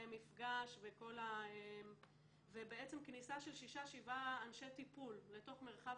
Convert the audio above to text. מפגש ובעצם כניסה של שישה-שבעה אנשי טיפול לתוך מרחב